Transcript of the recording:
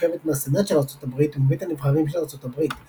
המורכבת מהסנאט של ארצות הברית ומבית הנבחרים של ארצות הברית.